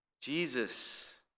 Jesus